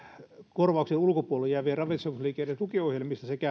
korvauksen ulkopuolelle jäävien ravitsemusliikkeiden tukiohjelmista sekä